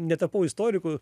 netapau istoriku